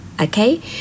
Okay